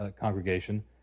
congregation